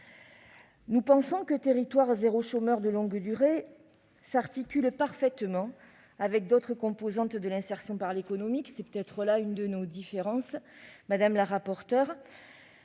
« territoires zéro chômeur de longue durée » s'articule parfaitement avec d'autres composantes de l'insertion par l'activité économique. C'est peut-être là une de nos divergences, madame la rapporteure.